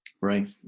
Right